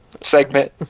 segment